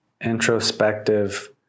introspective